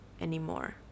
anymore